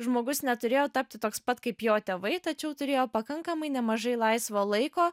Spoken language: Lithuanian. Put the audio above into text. žmogus neturėjo tapti toks pat kaip jo tėvai tačiau turėjo pakankamai nemažai laisvo laiko